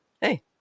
hey